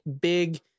big